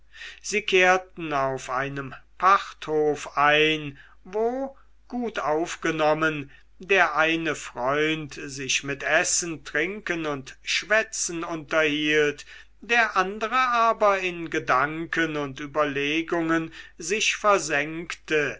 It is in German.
sie kehrten auf einem pachthofe ein wo gut aufgenommen der eine freund sich mit essen trinken und schwätzen unterhielt der andere aber in gedanken und überlegungen sich versenkte